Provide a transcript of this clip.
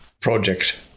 project